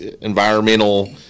environmental